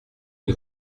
une